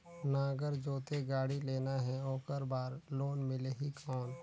नागर जोते गाड़ी लेना हे ओकर बार लोन मिलही कौन?